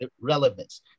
relevance